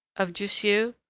of jussieu,